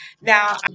now